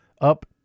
up